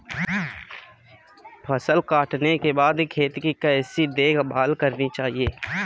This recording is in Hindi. फसल काटने के बाद खेत की कैसे देखभाल करनी चाहिए?